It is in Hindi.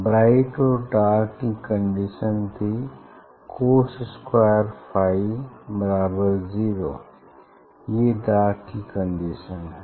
ब्राइट और डार्क की कंडीशन थी cos स्क्वायर फाई बराबर जीरो ये डार्क की कंडीशन है